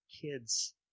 kids